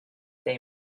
they